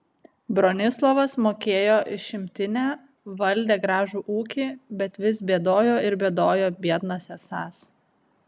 bronislovas mokėjo išimtinę valdė gražų ūkį bet vis bėdojo ir bėdojo biednas esąs